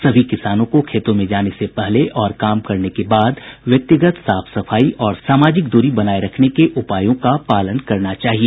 सभी किसानों को खेतों में जाने से पहले और काम करने के बाद व्यक्तिगत साफ सफाई और सामाजिक दूरी बनाए रखने के उपायों का पालन करना चाहिए